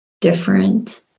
different